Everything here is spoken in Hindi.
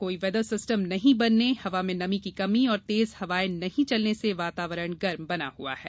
कोई वेदर सिस्टम नहीं बनने हवा में नमी की कमी और तेज हवायें नहीं चलने से वातावरण गर्म बना हुआ है